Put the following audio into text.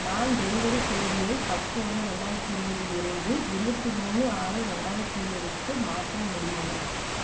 நான் டெலிவரி தேதியை பத்து ஒன்று ரெண்டாயிரத்தி இருபதிலிருந்து இருபத்தி மூணு ஆறு ரெண்டாயிரத்தி இருபதுக்கு மாற்ற முடியுமா